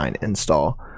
install